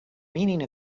meaning